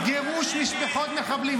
-- למה הצבעתם נגד גירוש משפחות מחבלים?